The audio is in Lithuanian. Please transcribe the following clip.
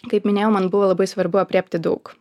kaip minėjau man buvo labai svarbu aprėpti daug